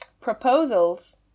proposals